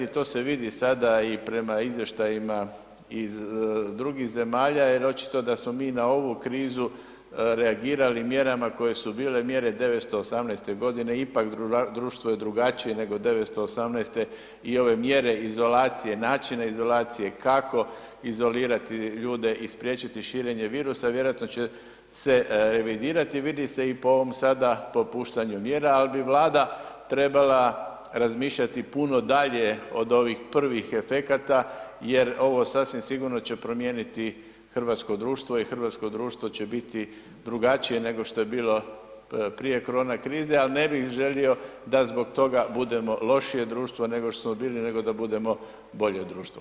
To se vidi sada i prema izvještajima iz drugih zemalja jer očito da smo mi na ovu krizu reagirali mjerama koje su bile mjere 918. godine, ipak društvo je drugačije nego 918. i ove mjere izolacije, načina izolacije, kako izolirati ljude i spriječiti širenje virusa vjerojatno će se revidirati, vidi se i po ovom sada popuštanju mjera, ali bi Vlada treba razmišljati puno dalje od ovih prvih efekata jer ovo sasvim sigurno će promijeniti hrvatsko društvo i hrvatsko društvo će biti drugačije nego što je bilo prije korona krize, ali ne bih želio da zbog toga budemo lošije društvo nego što smo bili nego da budemo bolje društvo.